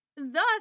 Thus